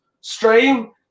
stream